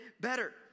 better